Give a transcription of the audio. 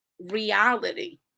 reality